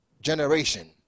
generation